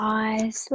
eyes